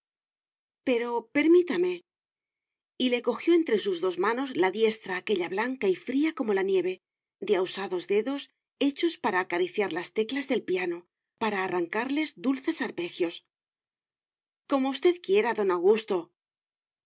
pero permítame y le cojió entre sus dos manos la diestra aquella blanca y fría como la nieve de ahusados dedos hechos para acariciar las teclas del piano para arrancarles dulces arpegios como usted quiera don augusto